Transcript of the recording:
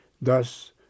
Thus